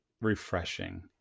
refreshing